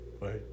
Right